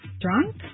Drunk